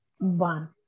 One